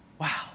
Wow